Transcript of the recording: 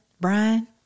Brian